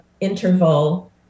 interval